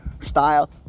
style